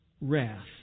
wrath